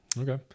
Okay